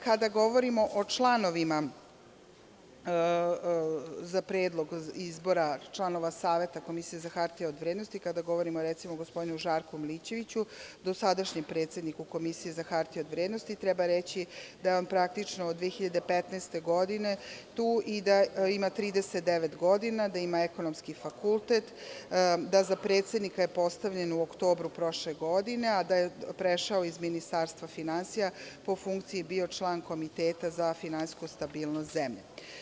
Kada govorimo o predlogu za izbor članova Saveta Komisije za hartije od vrednosti, kada govorimo, recimo, o gospodinu Žarku Milićeviću, dosadašnjem predsedniku Komisije za hartije od vrednosti, treba reći da je on praktično od 2015. godine tu i da ima 39 godina, da ima Ekonomski fakultet, da je za predsednika postavljen u oktobru prošle godine, a da je prešao iz Ministarstva finansija, po funkciji bio član Komiteta za finansijsku stabilnost zemlje.